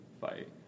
fight